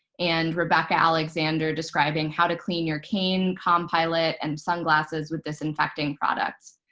and rebecca alexander describing how to clean your cane, compilot, and sunglasses with disinfecting products.